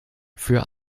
für